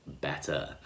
better